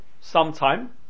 sometime